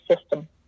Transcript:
system